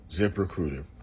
ZipRecruiter